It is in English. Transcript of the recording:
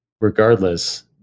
regardless